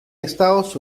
estados